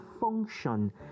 function